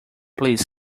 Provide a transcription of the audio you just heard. please